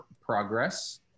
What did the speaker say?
progress